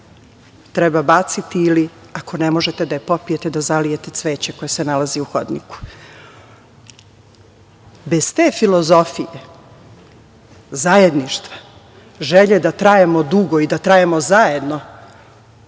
treba baciti ili ako ne možete da je popijete da zalijete cveće koje se nalazi u hodniku. Bez te filozofije, zajedništva, želje da trajemo dugo i zajedno,